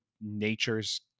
nature's